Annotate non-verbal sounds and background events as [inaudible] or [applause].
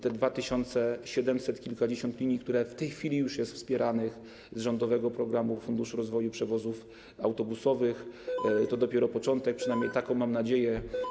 Te dwa tysiące siedemset kilkadziesiąt linii, które w tej chwili już są wspierane z rządowego programu Funduszu rozwoju przewozów autobusowych, [noise] to dopiero początek, przynajmniej taką mam nadzieję.